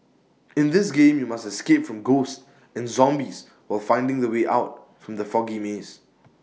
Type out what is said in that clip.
in this game you must escape from ghosts and zombies while finding the way out from the foggy maze